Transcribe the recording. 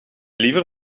liever